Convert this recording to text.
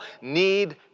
need